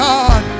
God